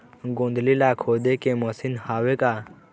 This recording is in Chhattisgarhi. गोंदली ला खोदे के मशीन हावे का?